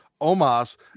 Omas